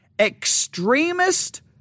extremist